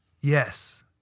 Yes